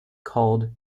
called